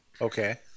okay